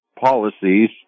policies